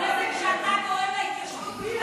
הנזק שאתה גורם להתיישבות,